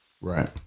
Right